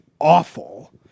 awful